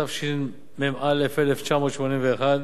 התשמ"א 1981,